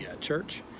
church